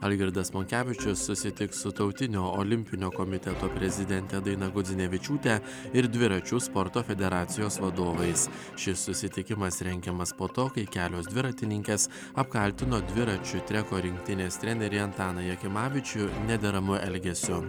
algirdas monkevičius susitiks su tautinio olimpinio komiteto prezidentė daina gudzinevičiūtė ir dviračių sporto federacijos vadovais šis susitikimas rengiamas po to kai kelios dviratininkės apkaltino dviračių treko rinktinės trenerį antaną jakimavičių nederamu elgesiu